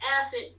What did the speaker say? acid